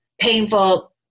painful